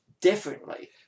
differently